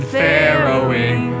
farrowing